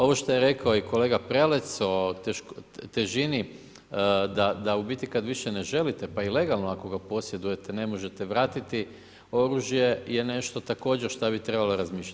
Ovo što je rekao kolega Prelec o težini, da u biti kada više ne želite, pa i legalno ako ga posjedujete ne možete ga vratiti, oružje je nešto također, što bi trebalo razmišljati.